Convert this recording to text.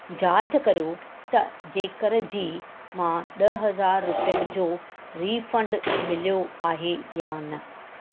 जांच करियो त जेकर जी मां ॾह हज़ार रुपियनि जो रीफंड मिलियो आहे या न